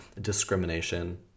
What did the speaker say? discrimination